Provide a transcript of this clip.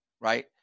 right